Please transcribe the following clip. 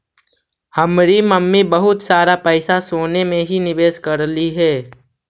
हमर मम्मी बहुत सारा पैसा सोने में ही निवेश करलई हे